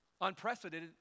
Unprecedented